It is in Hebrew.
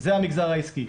זה המגזר העסקי.